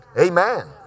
Amen